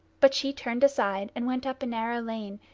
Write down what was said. but she turned aside and went up a narrow lane,